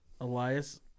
Elias